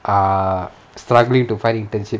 err struggling to find internship